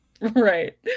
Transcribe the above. Right